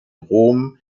rom